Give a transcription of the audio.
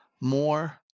more